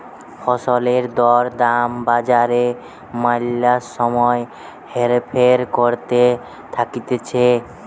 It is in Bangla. ফসলের দর দাম বাজারে ম্যালা সময় হেরফের করতে থাকতিছে